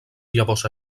llavors